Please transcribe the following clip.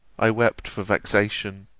i wept for vexation.